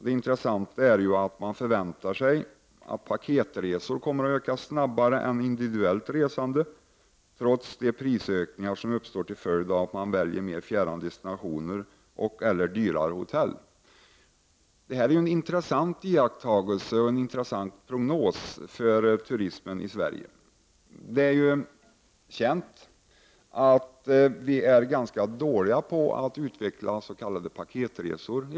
Det intressanta är att man förväntar sig att antalet paketresor kommer att öka snabbare än individuellt resande, detta trots de prisökningar som uppstår till följd av att turisterna väljer mer fjärran destinationer och/eller dyrare hotell. Detta är en intressant iakttagelse och en intressant prognos för turismen i Sverige. Det är känt att vi i vårt land är ganska dåliga på att utveckla s.k. paketresor.